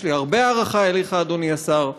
יש לי הרבה הערכה אליך, אדוני השר.